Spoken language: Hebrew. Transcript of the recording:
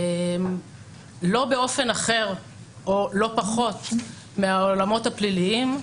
לא באופן אחר או לא פחות מהעולמות הפליליים.